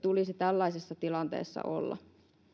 tulisi tällaisessa tilanteessa olla